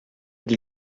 dit